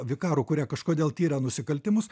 vikarų kurie kažkodėl tiria nusikaltimus